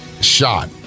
shot